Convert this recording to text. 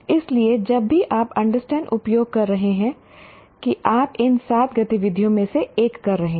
इसलिए जब भी आप अंडरस्टैंड उपयोग कर रहे हैं कि आप इन सात गतिविधियों में से एक कर रहे हैं